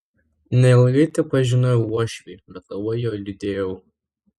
neilgai tepažinojau uošvį bet labai jo liūdėjau